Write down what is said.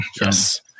Yes